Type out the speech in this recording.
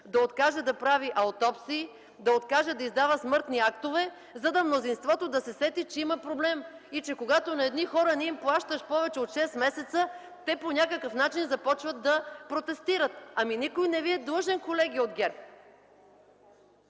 да откаже да прави аутопсии, да откаже да издава смъртни актове, за да се сети мнозинството, че има проблем. Когато на едни хора не им плащаш повече от шест месеца, те по някакъв начин започват да протестират. Ами никой не ви е длъжен, колеги от ГЕРБ!